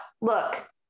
look